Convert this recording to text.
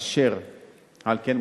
אשר על כן,